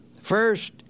First